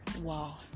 Wow